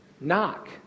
Knock